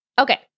Okay